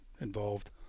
involved